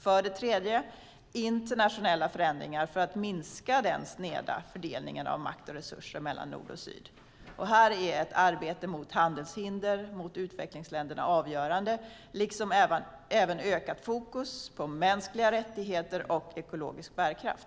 För det tredje handlar det om internationella förändringar för att minska den sneda fördelningen av makt och resurser mellan nord och syd. Här är ett arbete mot handelshinder mot utvecklingsländerna avgörande liksom ett ökat fokus på mänskliga rättigheter och ekologisk bärkraft.